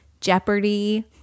Jeopardy